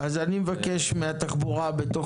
אני מבקש מהתחבורה לספק לוועדה בתוך